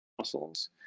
muscles